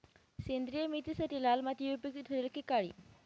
सेंद्रिय मेथीसाठी लाल माती उपयुक्त ठरेल कि काळी?